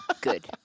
good